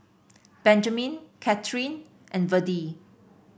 Benjamin Kathyrn and Verdie